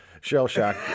shell-shock